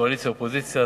קואליציה אופוזיציה,